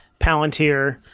Palantir